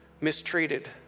mistreated